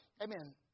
Amen